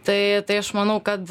tai tai aš manau kad